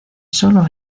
sólo